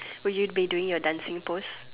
will you be doing your dancing pose